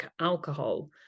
alcohol